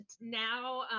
now